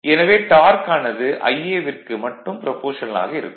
எனவே டார்க் ஆனது Ia விற்கு மட்டும் ப்ரபோஷனல் ஆக இருக்கும்